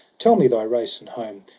tell me thy race and home.